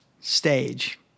stage